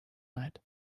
night